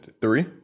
three